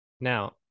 Now